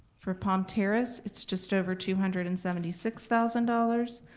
for palm terrace it's just over two hundred and seventy six thousand dollars.